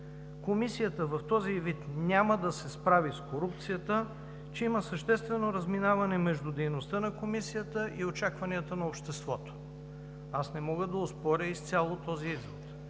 Комисията в този ѝ вид няма да се справи с корупцията, че има съществено разминаване между дейността на Комисията и очакванията на обществото. Аз не мога да оспоря изцяло този извод.